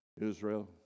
Israel